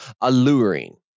alluring